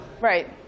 Right